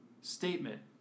statement